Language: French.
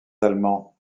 allemands